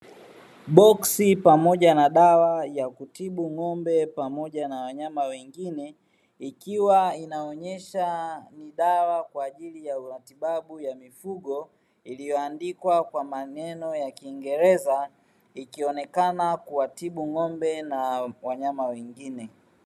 Boksi pamoja na dawa ya kutibu ng’ombe pamoja na wanyama wengine, ikiwa inaonyesha ni dawa kwa ajili ya matibabu ya mifugo iliyoandikwa kwa maneno ya kiingereza ikionekana kuwatibu ng’ombe na wanyama wengine.